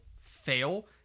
fail